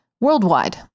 worldwide